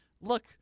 look